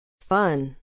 fun